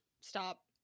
stop